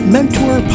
Mentor